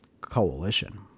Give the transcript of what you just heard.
coalition